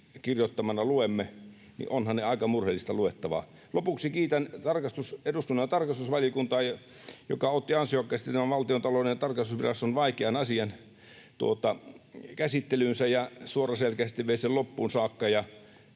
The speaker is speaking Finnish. kirjoittamina luemme, ovat aika murheellista luettavaa. Lopuksi kiitän eduskunnan tarkastusvaliokuntaa, joka otti ansiokkaasti tämän Valtiontalouden tarkastusviraston vaikean asian käsittelyynsä ja suoraselkäisesti vei sen loppuun saakka